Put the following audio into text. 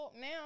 Now